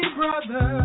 brother